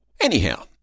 Anyhow